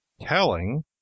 Telling